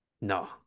No